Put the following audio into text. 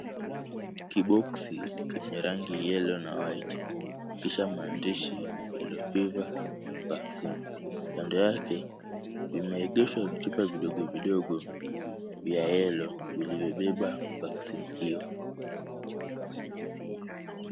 Kiboksi chenye rangi yellow na white kisha maandishi yellow fever vaccine . Kando yake imeegeshwa vichupa vidogo vidogo vya yellow vilivyobeba vaccine hiyo.